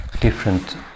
different